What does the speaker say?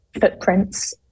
footprints